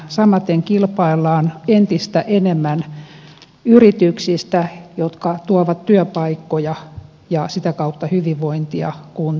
samaten kilpaillaan entistä enemmän yrityksistä jotka tuovat työpaikkoja ja sitä kautta hyvinvointia kuntiin